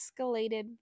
escalated